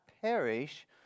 perish